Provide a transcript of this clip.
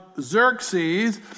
Xerxes